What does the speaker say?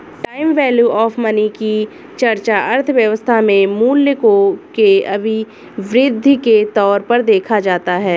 time value of money की चर्चा अर्थव्यवस्था में मूल्य के अभिवृद्धि के तौर पर देखा जाता है